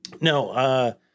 No